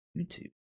YouTube